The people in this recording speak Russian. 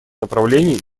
направлений